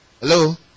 Hello